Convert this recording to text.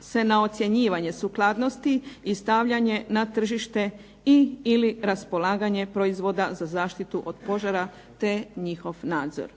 se na ocjenjivanje sukladnosti i stavljanje na tržište i/ili raspolaganje proizvoda za zaštitu od požara te njihov nadzor.